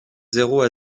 zéro